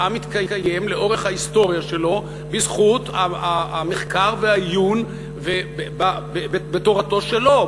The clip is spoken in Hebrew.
העם מתקיים לאורך ההיסטוריה שלו בזכות המחקר והעיון בתורתו שלו,